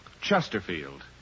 Chesterfield